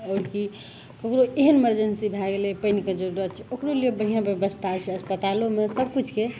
आओर कि ककरो एहन इमरजेन्सी भै गेलै पानिके जरूरत छै ओकरो लिए बढ़िआँ बेबस्था छै अस्पतालोमे सबकिछुके